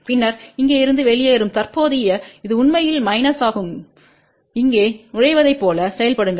பின்னர் இங்கே இருந்து வெளியேறும் தற்போதைய இது உண்மையில் மைனஸ் ஆகும் இங்கே நுழைவதைப் போல செயல்படுங்கள்